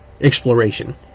exploration